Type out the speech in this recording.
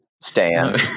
Stan